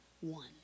one